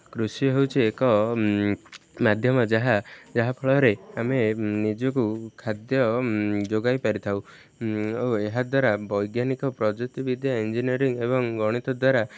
କୃଷି ହେଉଛି ଏକ ମାଧ୍ୟମ ଯାହା ଯାହା ଫଳରେ ଆମେ ନିଜକୁ ଖାଦ୍ୟ ଯୋଗାଇ ପାରିଥାଉ ଓ ଏହା ଦ୍ୱାରା ବୈଜ୍ଞାନିକ ପ୍ରଯୁକ୍ତିିବଦ୍ୟା ଇଞ୍ଜିନିୟରିଂ ଏବଂ ଗଣିତ ଦ୍ୱାରା